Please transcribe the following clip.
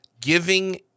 giving